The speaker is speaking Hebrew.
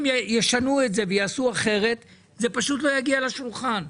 אם הם ישנו את זה ויעשו אחרת זה פשוט לא יגיע לשולחן.